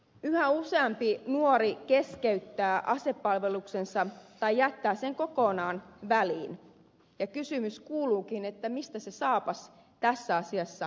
yhä useampi nuori keskeyttää asepalveluksensa tai jättää sen kokonaan väliin ja kysymys kuuluukin mistä se saapas tässä asiassa puristaa